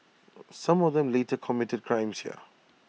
some of them later committed crimes here